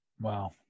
Wow